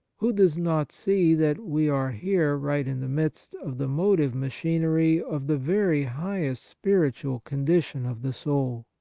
who does not see that we are here right in the midst of the motive-machinery of the very highest spiritual condition of the soul?